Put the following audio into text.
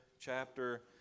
chapter